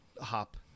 hop